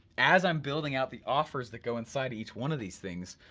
as i'm building out the offers that go inside each one of these things,